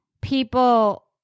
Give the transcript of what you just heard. people